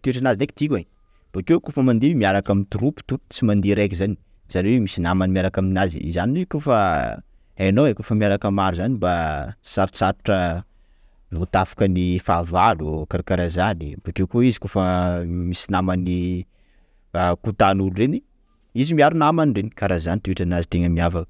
toetranazy ndraiky tiako e, bokeo kôfa mandeha miaraka aminy troupe to, tsy mandeha raiky zany, zany hoe misy namany miaraka aminazy zany, zany hoe koafa hainao ai, koafa miaraka aminy maro zany mba tsy sarosarotra voatafika ny fahavalo, karakarah zany, bokeo koa izy kôfa misy namany kotahin'ny olo reny! izy miaro ny namany reny, kara zany toetranazy tena miavaka.